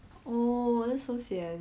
oh that's so sian